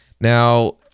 Now